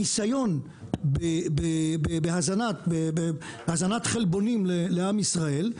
ניסיון בהזנת חלבונים לעם ישראל,